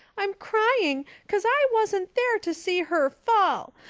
i'm crying, cause i wasn't there to see her fall.